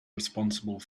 responsible